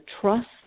trust